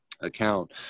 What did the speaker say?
account